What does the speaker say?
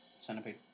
Centipede